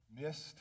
missed